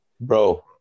bro